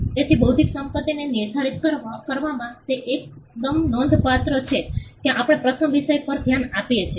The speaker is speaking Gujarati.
તેથી બૌદ્ધિક સંપત્તિને નિર્ધારિત કરવામાં તે એકદમ નોંધપાત્ર છે કે આપણે પ્રથમ વિષય પર ધ્યાન આપીએ છીએ